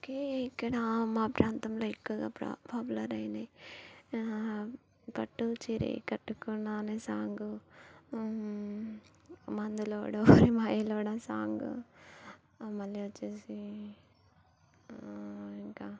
okay ఇక్కడ మా ప్రాంతంలో ఎక్కువగా ప్ర పాపులర్ అయినాయి పట్టు చీరే కట్టుకున్న అనే సాంగు మందులోడో ఓరి మాయలోడ సాంగ్ మళ్ళీ వచ్చేసి ఇంక